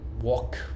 walk